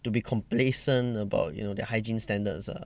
to be complacent about you know their hygiene standards lah